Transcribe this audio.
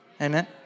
Amen